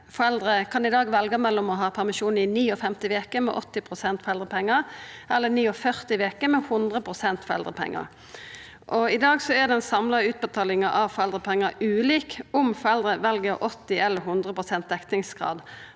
Foreldre kan i dag velja mellom å ha permisjon i 59 veker med 80 pst. foreldrepengar eller 49 veker med 100 pst. foreldrepengar. I dag er den samla utbetalinga av foreldrepengar ulik om foreldra vel 80 pst. eller 100 pst. dekningsgrad,